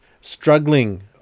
struggling